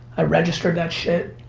ah registered that shit